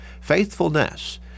Faithfulness